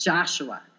Joshua